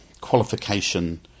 qualification